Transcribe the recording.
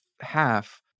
half